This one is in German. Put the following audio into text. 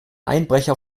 einbrecher